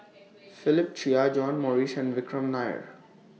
Philip Chia John Morrice and Vikram Nair